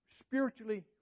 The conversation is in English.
spiritually